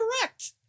correct